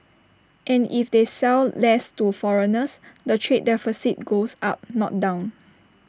and if they sell less to foreigners the trade deficit goes up not down